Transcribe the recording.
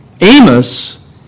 Amos